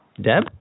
Deb